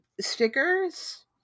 stickers